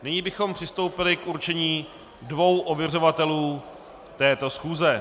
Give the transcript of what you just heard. Nyní bychom přistoupili k určení dvou ověřovatelů této schůze.